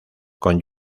con